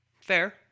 Fair